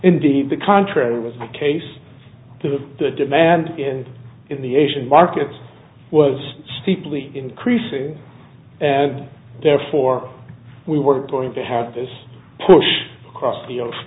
indeed the contrary was the case that of the demand in in the asian markets was steeply increasing and therefore we were going to have this push across the ocean